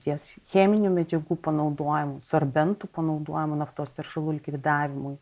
ties cheminių medžiagų panaudojimu sorbentų panaudojimu naftos teršalų likvidavimui